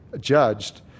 judged